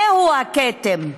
זהו הכתם,